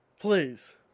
Please